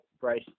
Bryce